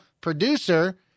producer